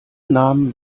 namen